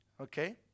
okay